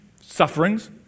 sufferings